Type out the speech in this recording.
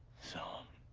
so.